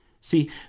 See